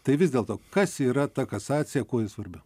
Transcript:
tai vis dėlto kas yra ta kasacija kuo ji svarbi